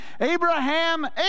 Abraham